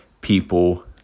people